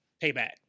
Payback